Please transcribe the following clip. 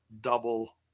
double